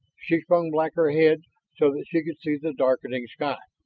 she flung back her head so that she could see the darkening sky.